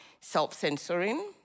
self-censoring